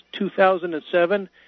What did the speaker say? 2007